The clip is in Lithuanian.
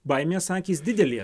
baimės akys didelės